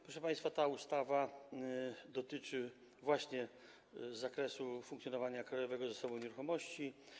Proszę państwa, ta ustawa dotyczy właśnie zakresu funkcjonowania Krajowego Zasobu Nieruchomości.